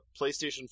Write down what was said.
PlayStation